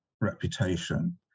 reputation